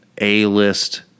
A-list